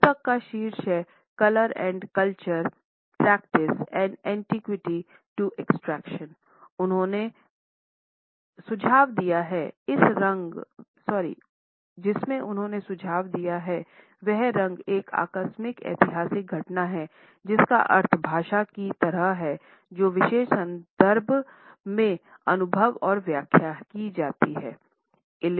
पुस्तक का शीर्षक है कलर एंड कल्चर प्रैक्टिस पुरातनता से अमूर्तता तक का अर्थ जिसमें उन्होंने सुझाव दिया है वह रंग एक आकस्मिक ऐतिहासिक घटना है जिसका अर्थ भाषा की तरह है जो विशेष संदर्भ में अनुभव और व्याख्या है